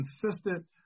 consistent